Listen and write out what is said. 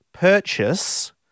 Purchase